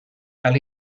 cal